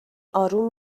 آروم